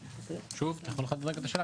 אתה יכול לחדד את השאלה?